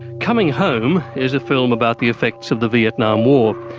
coming home is a film about the effects of the vietnam war.